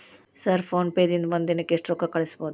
Sir PhonePe ದಿಂದ ಒಂದು ದಿನಕ್ಕೆ ಎಷ್ಟು ರೊಕ್ಕಾ ಕಳಿಸಬಹುದು?